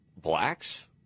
blacks